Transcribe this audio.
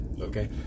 Okay